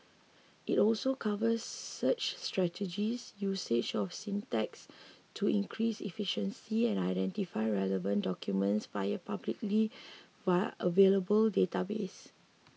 it also covers search strategies usage of syntax to increase efficiency and identifying relevant documents via publicly via available databases